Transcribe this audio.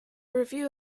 review